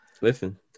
Listen